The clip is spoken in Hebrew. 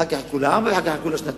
אחר כך יחכו לארבע, אחר כך יחכו לשנתיים.